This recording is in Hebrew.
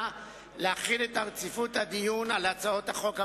להחיל את רציפות הדיון על הצעות החוק הבאות: